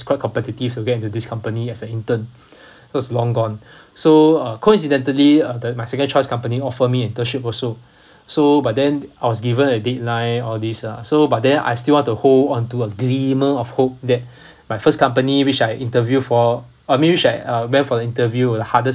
quite competitive to get into this company as an intern of course long gone so uh coincidentally uh my second choice company offer me internship also so but then I was given a deadline all these lah so but then I still want to hold onto a glimmer of hope that my first company which I interview for I mean which I uh went for the interview with the hardest